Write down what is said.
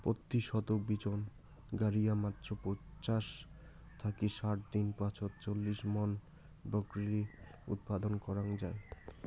পত্যি শতক বিচন গাড়িয়া মাত্র পঞ্চাশ থাকি ষাট দিন পাছত চল্লিশ মন ব্রকলি উৎপাদন করাং হই